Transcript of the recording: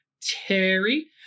terry